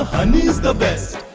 honey is the best.